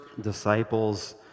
disciples